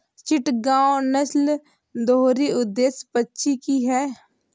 चिटगांव नस्ल दोहरी उद्देश्य पक्षी की है